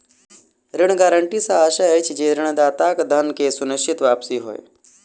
ऋण गारंटी सॅ आशय अछि जे ऋणदाताक धन के सुनिश्चित वापसी होय